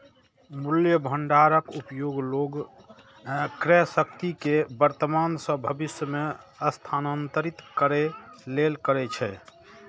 मूल्य भंडारक उपयोग लोग क्रयशक्ति कें वर्तमान सं भविष्य मे स्थानांतरित करै लेल करै छै